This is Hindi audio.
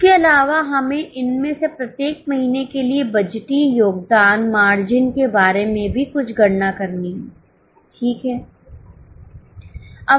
इसके अलावा हमें इनमें से प्रत्येक महीने के लिए बजटीय योगदान मार्जिन के बारे में भी कुछ गणना करनी है ठीक हैं